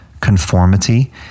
conformity